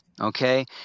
okay